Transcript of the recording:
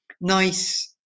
nice